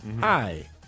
Hi